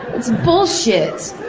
it's bullshit.